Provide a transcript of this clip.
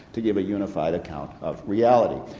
to give a unified account of reality.